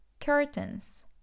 Curtains